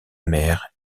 mère